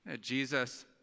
Jesus